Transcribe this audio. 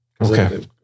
Okay